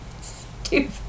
Stupid